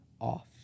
off